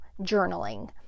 journaling